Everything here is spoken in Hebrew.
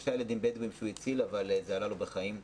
שלושה ילדים בדואים שהוא הציל אבל זה עלה לו בחיים.